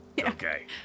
Okay